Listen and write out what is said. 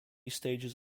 stages